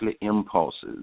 impulses